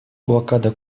блокада